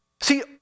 See